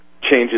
changes